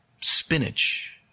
spinach